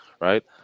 right